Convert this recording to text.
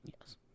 Yes